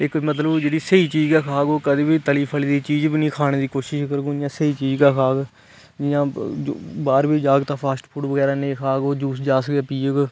इक मतलब जेहडी स्हेई चीज गै खाग ओह् कंदे बी तल्ली मली दी चीज नेई खाने दी कोशिश करो इयां स्हेई चीज गै खाग जियां बार बी जाग ते फास्ट फूड बगैरा नेई खाग ओह् यूज जास गै पीग